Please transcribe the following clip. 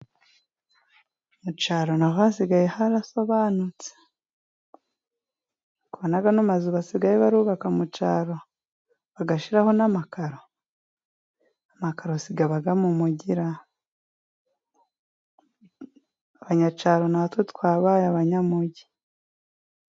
Mu cyaro na ho hasigaye harasobanutse, uri kubona ano mazu basigaye bubaka mu cyaro bagashyiraho n'amakaro! Amakaro ntaba mu mugi ra? Abanyacyaro natwe twabaye abanyamugi.